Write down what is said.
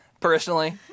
personally